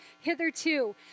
hitherto